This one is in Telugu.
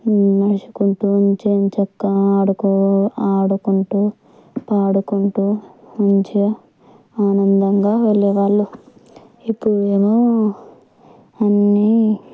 నడుచుకుంటూ ఎంచ ఎంచక్కా ఆడుకో ఆడుకుంటూ పాడుకుంటూ మంచిగా ఆనందంగా వెళ్ళేవాళ్ళు ఇప్పుడేమో అన్నీ